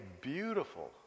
beautiful